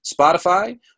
Spotify